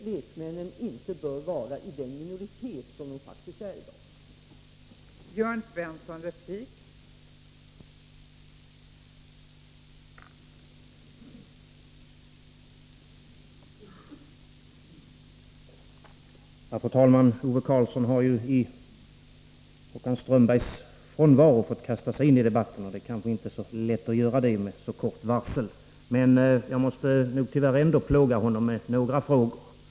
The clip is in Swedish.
Lekmännen bör inte vara i den minoritet som de faktiskt är i dag.